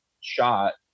shot